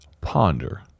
ponder